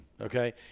Okay